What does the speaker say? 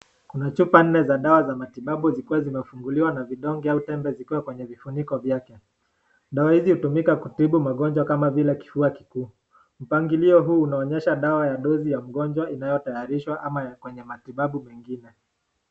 Kuna chupa nne za dawa za matibabu zikiwa zimefunguliwa na vidoge au tembe vikiwa kwenye vifuniko vyake. Dawa hizi hutumika kutibu magonjwa kama vile kifua kikuu. Mpangilio huu unaonyesha dawa ya dosi ya mgonjwa inayotayarishwa ama yako kwenye matibabu mengine.